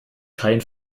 kein